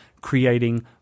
creating